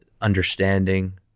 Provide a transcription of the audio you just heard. understanding